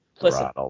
Listen